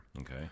Okay